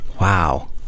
Wow